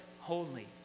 holy